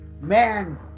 Man